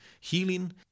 Healing